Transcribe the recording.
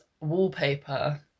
wallpaper